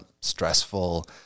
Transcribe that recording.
stressful